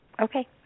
Okay